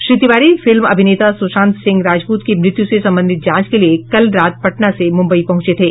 Shri Tiwari film अभिनेता सुशांत सिंह राजपूत की मृत्यु से संबंधित जांच के लिए कल रात पटना से मुंबई पहुंचे थे